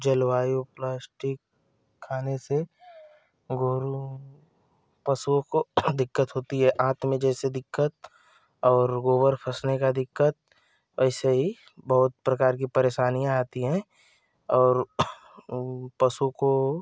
जलवायु प्लास्टिक खाने से गोरू पशुओं को दिक्कत होती है आँत में जैसे दिक्कत और गोबर फसने का दिक्कत ऐसे ही बहुत प्रकार की परेशानियाँ आती हैं और वो पशु को